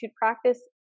practice